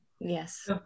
Yes